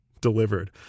delivered